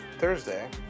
Thursday